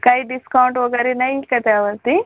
काही डिस्काऊंट वगैरे नाहीत का त्यावरती